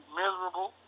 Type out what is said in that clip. miserable